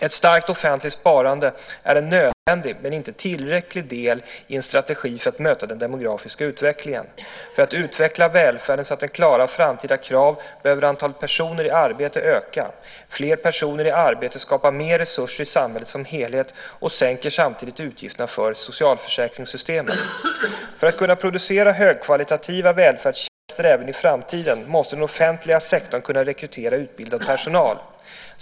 Ett starkt offentligt sparande är en nödvändig, men inte tillräcklig, del i en strategi för att möta den demografiska utvecklingen. För att utveckla välfärden så att den klarar framtida krav behöver antalet personer i arbete öka. Fler personer i arbete skapar mer resurser i samhället som helhet och sänker samtidigt utgifterna för socialförsäkringssystemen. För att kunna producera högkvalitativa välfärdstjänster även i framtiden måste den offentliga sektorn kunna rekrytera utbildad personal.